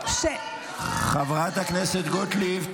חבר הכנסת טיבי.